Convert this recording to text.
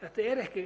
Þetta er ekki